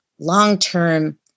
long-term